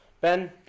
Ben